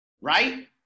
right